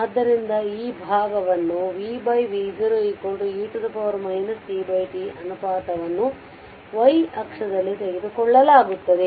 ಆದ್ದರಿಂದ ಈ ಭಾಗವನ್ನು vv0 e tT ಅನುಪಾತವನ್ನು y ಅಕ್ಷದಲ್ಲಿ ತೆಗೆದುಕೊಳ್ಳಲಾಗುತ್ತದೆ